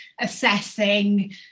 assessing